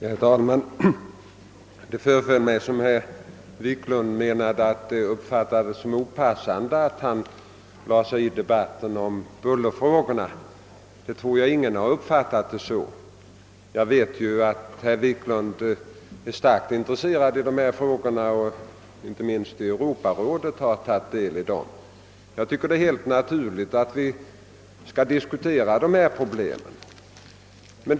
Herr talman! Det föreföll som om herr Wiklund väntade att det skulle anses opassande att han lade sig i debatten om bullerfrågorna. Jag tror inte att någon har uppfattat det så. Jag vet att herr Wiklund är starkt intresserad av dessa frågor och att han inte minst i Europarådet har engagerat sig i dem. Jag tycker att det är helt naturligt att vi skall diskutera problemen.